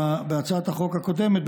בהצעת החוק הקודמת,